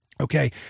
Okay